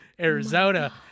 Arizona